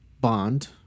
bond